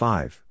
Five